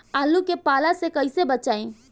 आलु के पाला से कईसे बचाईब?